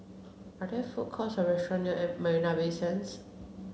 are there food courts or restaurants near Marina Bay Sands